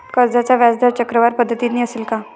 कर्जाचा व्याजदर चक्रवाढ पद्धतीने असेल का?